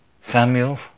Samuel